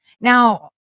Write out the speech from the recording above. Now